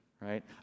right